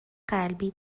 قلبی